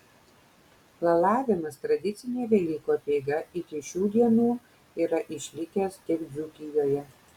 lalavimas tradicinė velykų apeiga iki šių dienų yra išlikęs tik dzūkijoje